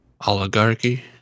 Oligarchy